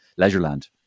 Leisureland